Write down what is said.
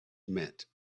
meant